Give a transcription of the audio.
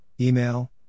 email